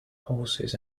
horses